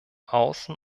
außen